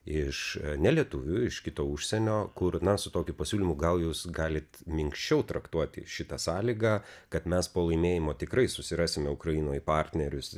iš nelietuvių iš kitų užsienio kur na su tokiu pasiūlymu gal jūs galit minkščiau traktuoti šitą sąlygą kad mes po laimėjimo tikrai susirasime ukrainoj partnerius